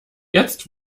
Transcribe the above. jetzt